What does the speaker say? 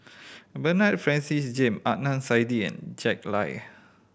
Bernard Francis James Adnan Saidi and Jack Lai